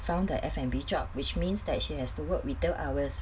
found a F&B job which means that she has to work retail hours